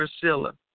Priscilla